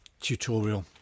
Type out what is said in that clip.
tutorial